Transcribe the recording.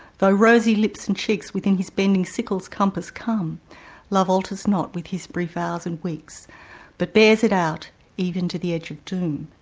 though rosy lips and cheeks within his bending sickle's compass come love alters not with his brief hours and weeks but bears it out even to the edge of doom.